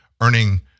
...earning